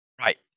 Right